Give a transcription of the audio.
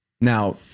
Now